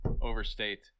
overstate